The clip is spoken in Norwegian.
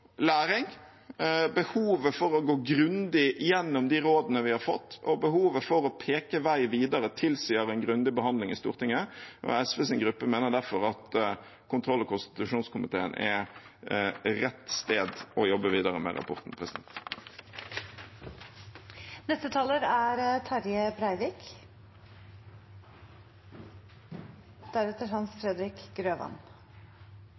læring, behovet for å gå grundig gjennom de rådene vi har fått, og behovet for å peke på veien videre, tilsier en grundig behandling i Stortinget. SVs gruppe mener derfor at kontroll- og konstitusjonskomiteen er rett sted å jobbe videre med rapporten.